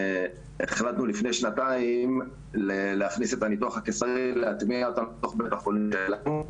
החלטנו לפני שנתיים להכניס ולהטמיע את הניתוח הקיסרי הצרפתי.